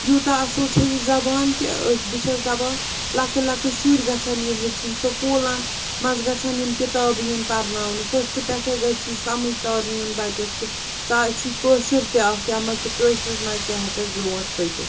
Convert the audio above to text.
یوٗتاہ اصٕل چھِ یہِ زبان کہِ أسۍ بہٕ چھیٚس دَپان لَۄکٕٹۍ لۄکٕٹۍ شُرۍ گَژھیٚن یہِ ہیٚچھِنۍ سکوٗلَن منٛز گژھیٚن یِم کِتابہٕ یِنۍ پَرناونہٕ فٔرسٹہٕ پٮ۪ٹھٔے گَژھہِ یہِ سَمٕجھ تارنہٕ یُن بَچیٚس کہِ ژےٚ چھُے کٲشُر تہِ اَکھ یَتھ منٛز ژٕ کٲشرِس منٛز تہِ ہیٚکَکھ برٛونٛٹھ پٔکِتھ